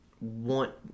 want